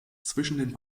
zwischen